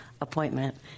appointment